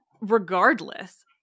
regardless